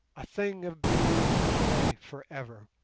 a thing of beauty is a joy for ever,